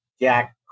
Jack